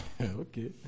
Okay